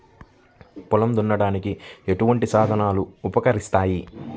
పొలం దున్నడానికి ఎటువంటి సాధనాలు ఉపకరిస్తాయి?